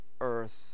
earth